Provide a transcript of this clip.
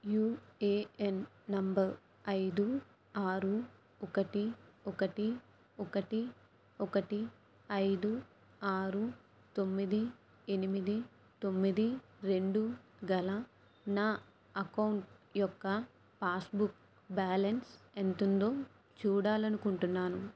UAN number ఐదు ఆరు ఒకటి ఒకటి ఒకటి ఒకటి ఐదు ఆరు తొమ్మిది ఎనిమిది తొమ్మిది రెండు గల నా అకౌంటు యొక్క పాస్బుక్ బ్యాలెన్స్ ఎంత ఉందో చూడాలి అనుకుంటున్నాను